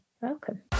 Welcome